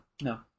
No